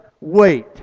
wait